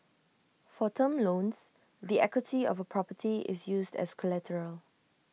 for term loans the equity of A property is used as collateral